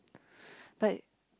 but